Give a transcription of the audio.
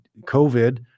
COVID